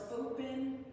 Open